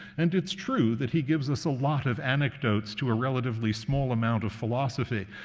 and it's true that he gives us a lot of anecdotes to a relatively small amount of philosophy.